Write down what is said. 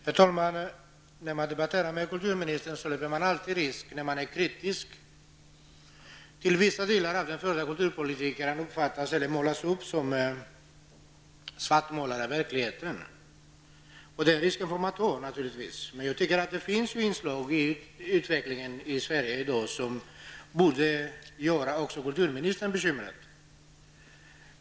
Herr talman! När man debatterar med kulturministern och är kritisk till vissa delar av kulturpolitiken löper man alltid risk att uppfattas som svartmålare. Det är en risk man får ta. Men jag tycker det finns inslag i utvecklingen i Sverige i dag som borde göra också kulturministern bekymrad.